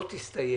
לא תסתיים,